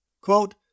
Quote